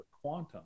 quantum